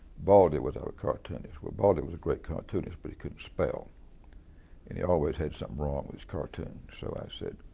baldy was our cartoonist. well, baldy was a great cartoonist but he couldn't spell and he always had something wrong with his cartoons. so i said,